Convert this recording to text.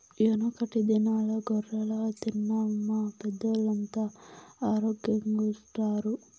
యెనకటి దినాల్ల కొర్రలు తిన్న మా పెద్దోల్లంతా ఆరోగ్గెంగుండారు